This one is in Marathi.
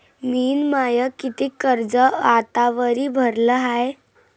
मिन माय कितीक कर्ज आतावरी भरलं हाय?